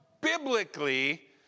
biblically